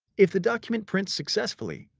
if the document prints successfully,